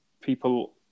people